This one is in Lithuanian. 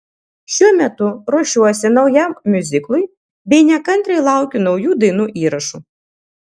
šiuo metu ruošiuosi naujam miuziklui bei nekantriai laukiu naujų dainų įrašų